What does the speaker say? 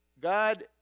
God